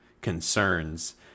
concerns